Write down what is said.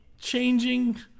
changing